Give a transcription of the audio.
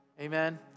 Amen